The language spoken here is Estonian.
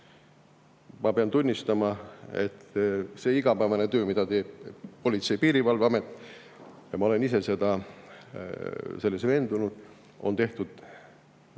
pean tunnistama, et see igapäevane töö, mida teeb Politsei‑ ja Piirivalveamet – ma olen ise selles veendunud –, on tehtud